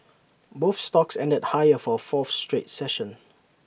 both stocks ended higher for A fourth straight session